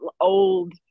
old